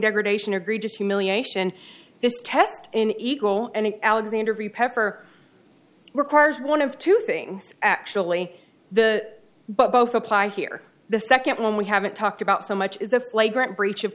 degradation or greed just humiliation this test in equal and alexander v pepper requires one of two things actually the but both apply here the second one we haven't talked about so much is the flagrant breach of